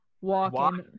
walking